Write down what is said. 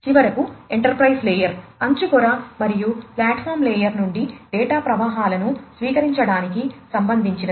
చివరకు enterprise layer అంచు పొర మరియు ప్లాట్ఫాం లేయర్ నుండి డేటా ప్రవాహాలను స్వీకరించడానికి సంబంధించినది